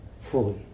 fully